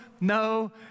no